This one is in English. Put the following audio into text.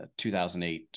2008